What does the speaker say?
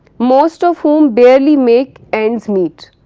most of whom barely make ends meet.